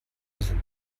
sind